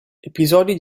episodi